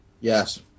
Yes